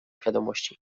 świadomości